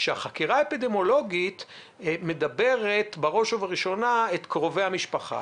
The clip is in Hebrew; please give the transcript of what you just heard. שהחקירה האפידמיולוגית בודקת בראש ובראשונה את קרובי המשפחה,